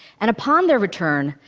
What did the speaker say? and upon their return,